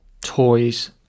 toys